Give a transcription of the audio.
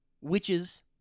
witches